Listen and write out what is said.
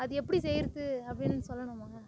அது எப்படி செய்யறது அப்படின்னு சொல்லணுமா